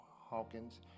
Hawkins